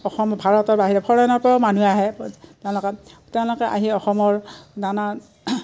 অসম ভাৰতৰ বাহিৰে ফৰেনৰ পৰাও মানুহ আহে তেওঁলোকে তেওঁলোকে আহি অসমৰ নানা